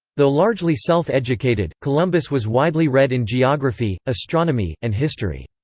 though largely self-educated, columbus was widely read in geography, astronomy, and history.